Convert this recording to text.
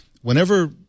whenever